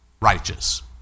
righteous